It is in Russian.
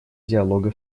диалога